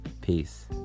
Peace